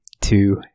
two